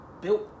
built